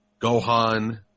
Gohan